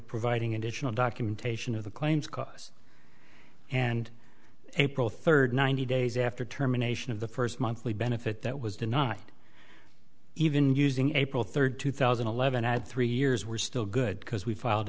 providing additional documentation of the claims cost and april third ninety days after terminations of the first monthly benefit that was denied even using april third two thousand and eleven at three years we're still good because we f